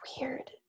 weird